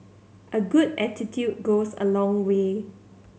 a good attitude goes a long way